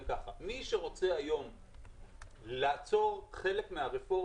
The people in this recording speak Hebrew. שמי שרוצה היום לעצור חלק מהרפורמה,